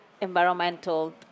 environmental